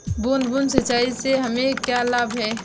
बूंद बूंद सिंचाई से हमें क्या लाभ है?